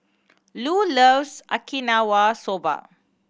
Lu loves Okinawa Soba